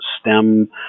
stem